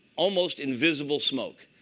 almost invisible smoke.